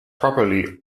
properly